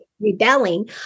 rebelling